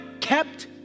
Kept